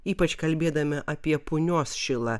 ypač kalbėdami apie punios šilą